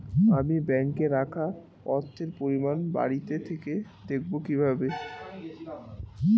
আমি ব্যাঙ্কে রাখা অর্থের পরিমাণ বাড়িতে থেকে দেখব কীভাবে?